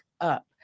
up